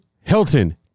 Hilton